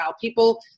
people